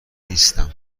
نیستم